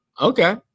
Okay